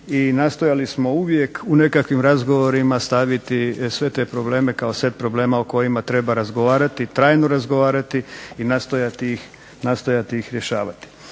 i nastojali smo uvijek u nekakvim razgovorima staviti sve te probleme kao set problema o kojima treba razgovarati, trajno razgovarati i nastojati ih rješavati.